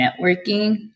networking